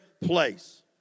place